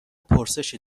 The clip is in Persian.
پرسشی